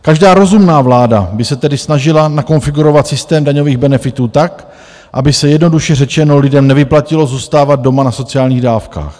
Každá rozumná vláda by se tedy snažila nakonfigurovat systém daňových benefitů tak, aby se, jednoduše řečeno lidem nevyplatilo zůstávat doma na sociálních dávkách.